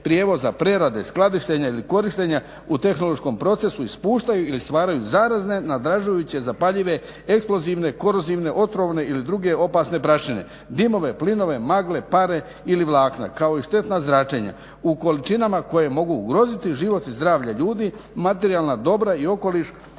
prijevoza, prerade, skladištenja ili korištenja u tehnološkom procesu ispuštaju ili stvaraju zarazne, nadražujuće, zapaljive, eksplozivne, korozivne, otrovne ili druge opasne prašine, dimove, plinove, magle, pare ili vlakna kao i štetna zračenja u količinama koje mogu ugroziti život i zdravlje ljudi, materijalna dobra i okoliš